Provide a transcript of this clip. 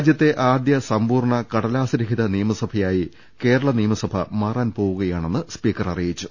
രാജ്യത്തെ ആദ്യ സമ്പൂർണ കടലാസ്രഹിത നിയമസഭയായി കേരള നിയമസഭ മാറാൻ പോവു കയാണെന്ന് സ്പീക്കർ അറിയിച്ചു